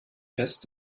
fest